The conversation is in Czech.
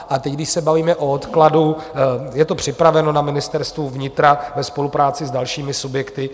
A teď, když se bavíme o odkladu, je to připraveno na Ministerstvu vnitra ve spolupráci s dalšími subjekty.